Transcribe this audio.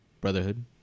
Brotherhood